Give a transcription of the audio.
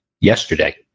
yesterday